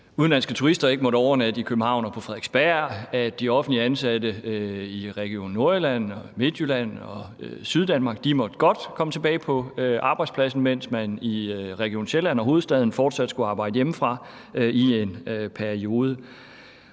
udenlandske turister ikke måtte overnatte i København og på Frederiksberg, at de offentligt ansatte i Region Nordjylland, Midtjylland og Syddanmark godt måtte komme tilbage på arbejdspladsen, mens man i Region Sjælland og hovedstaden fortsat skulle arbejde hjemmefra i en periode.